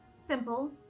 simple